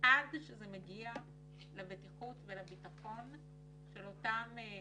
עד שזה מגיע לבטיחות ולביטחון של אותם ילדים.